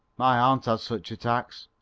my aunt has such attacks.